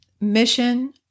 mission